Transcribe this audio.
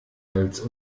als